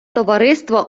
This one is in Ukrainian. товариство